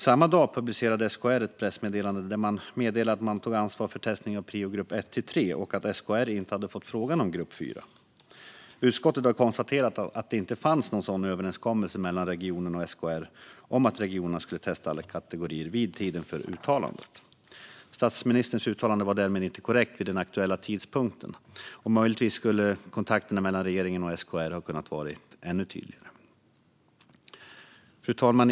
Samma dag publicerade SKR ett pressmeddelande där man meddelade att man tog ansvar för testning av priogrupp 1-3 och att SKR inte hade fått frågan om grupp 4. Utskottet har konstaterat att det inte fanns någon överenskommelse mellan regeringen och SKR om att regionerna skulle testa alla kategorier vid tiden för uttalandet. Statsministerns uttalande var därmed inte korrekt vid den aktuella tidpunkten. Möjligtvis skulle kontakterna mellan regeringen och SKR ha kunnat vara tydligare.